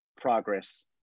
progress